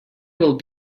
will